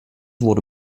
wurde